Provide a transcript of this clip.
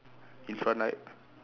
in front light